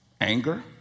Anger